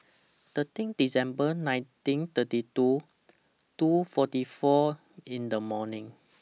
thirteen December nineteen thirty two two forty four in The morning